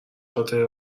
خاطره